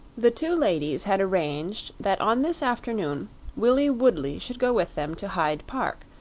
the two ladies had arranged that on this afternoon willie woodley should go with them to hyde park,